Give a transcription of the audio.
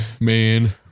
man